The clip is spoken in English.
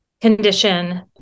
condition